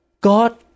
God